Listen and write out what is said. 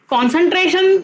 Concentration